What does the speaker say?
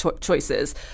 choices